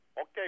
Okay